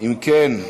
אם כן,